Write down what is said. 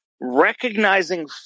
recognizing